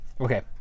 okay